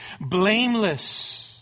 blameless